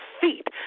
feet